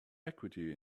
equity